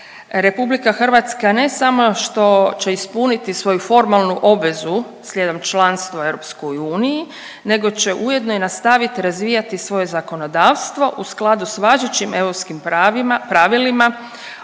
je pred vama RH ne samo što će ispuniti svoju formalnu obvezu slijedom članstva u EU nego će ujedno i nastavit razvijati svoje zakonodavstvo u skladu s važećim europskim pravima,